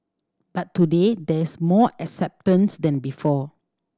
but today there's more acceptance than before